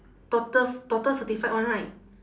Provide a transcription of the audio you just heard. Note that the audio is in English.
doctor doctor certified [one] right